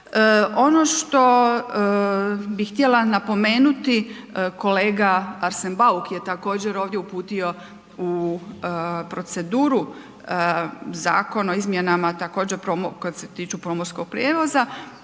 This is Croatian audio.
Ono što bih htjela napomenuti kolega Arsen Bauk je također ovdje uputio u proceduru Zakon o izmjenama također koje se tiču pomorskog prijevoza